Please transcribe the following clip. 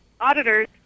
auditors